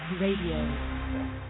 Radio